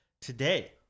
today